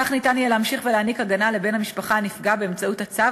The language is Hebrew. כך יהיה אפשר להמשיך ולתת הגנה לבן המשפחה הנפגע באמצעות הצו